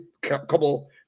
couple